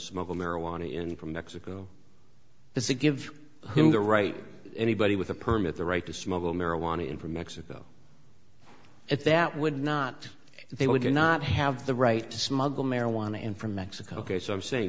smoke marijuana in from mexico does it give him the right anybody with a permit the right to smuggle marijuana in from mexico if that would not they would not have the right to smuggle marijuana in from mexico case i'm saying